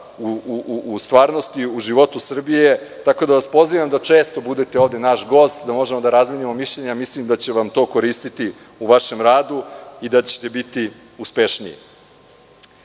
u stvarnosti u životu Srbije, tako da vas pozivam da često budete ovde naš gost, da možemo da razmenimo mišljenja. Mislim da će vam to koristiti u vašem radu i da ćete biti uspešniji. Govorili